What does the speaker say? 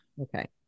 Okay